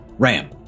Ram